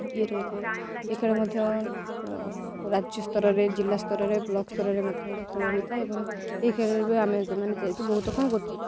ଇଏ ରହିଥାଏ ଏ ଖେଳ ମଧ୍ୟ ରାଜ୍ୟ ସ୍ତରରେ ଜିଲ୍ଲା ସ୍ତରରେ ବ୍ଲକ୍ ସ୍ତରରେ ମଧ୍ୟ ଏ ଖେଳ ହୋଇଥାଏ ଏବଂ ଏହି ଖେଳରେ ବି ଆମେ ସେମାନେ ଯାଇକି ବହୁତ କାମ କରୁଛୁ